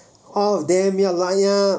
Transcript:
all of them ya line up